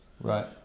Right